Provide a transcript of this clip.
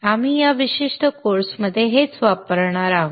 आपण या विशिष्ट कोर्समध्ये हेच वापरणार आहोत